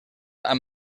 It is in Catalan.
amb